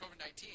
COVID-19